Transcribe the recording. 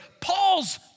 Paul's